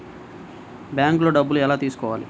బ్యాంక్లో డబ్బులు ఎలా తీసుకోవాలి?